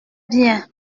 bien